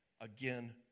again